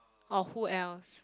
or who else